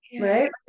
right